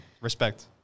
respect